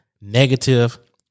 negative